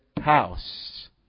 house